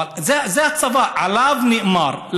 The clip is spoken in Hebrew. זה הצבא שעליו נאמר.